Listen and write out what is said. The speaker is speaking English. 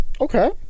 okay